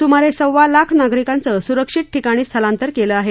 सुमारे सव्वा लाख नागरिकांचं सुरक्षित ठिकाणी स्थलांतर केलं आहे